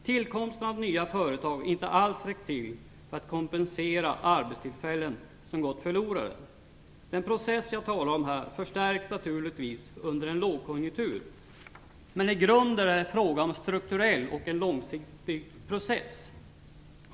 Tillkomsten av nya företag har inte alls räckt till för att kompensera för de arbetstillfällen som gått förlorade. Den process jag talar om här förstärks naturligtvis under en lågkonjunktur, men i grunden är det fråga om en strukturell och långsiktig process.